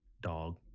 dog